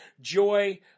Joy